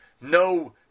no